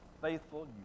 faithful